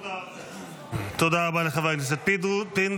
תודה רבה לחבר הכנסת פינדרוס.